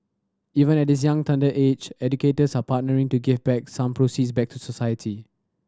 even at this young tender age educators are partnering to give back some proceeds back to society